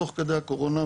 תוך כדי הקורונה,